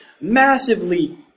massively